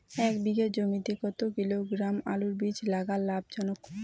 এক বিঘা জমিতে কতো কিলোগ্রাম আলুর বীজ লাগা লাভজনক?